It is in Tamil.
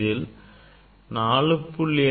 இதில் 4